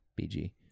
BG